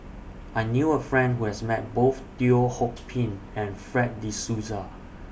I knew A Person Who has Met Both Teo Ho Pin and Fred De Souza